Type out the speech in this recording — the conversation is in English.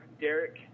Derek